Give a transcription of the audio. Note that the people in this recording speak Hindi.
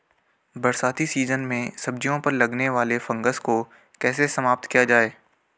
बरसाती सीजन में सब्जियों पर लगने वाले फंगस को कैसे समाप्त किया जाए?